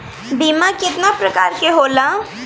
बीमा केतना प्रकार के होला?